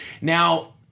Now